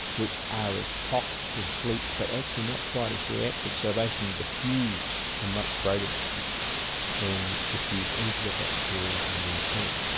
which are as toxic as bleach but actually not quite as reactive, so they can diffuse a much greater distance and diffuse into the bacteria and then kill them.